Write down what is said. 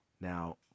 Now